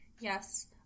Yes